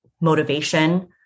motivation